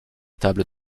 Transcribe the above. tables